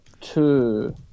two